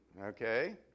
Okay